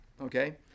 okay